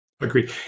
Agreed